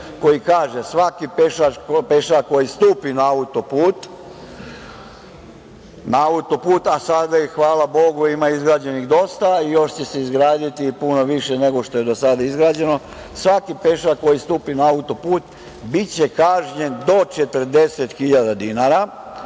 koji kaže – svaki pešak koji stupi na autoput, a sada ih hvala Bogu ima izgrađenih dosta i još će se izgraditi puno više nego što je do sada izgrađeno, svaki pešak koji stupi na autoput biće kažnjen do 40 hiljada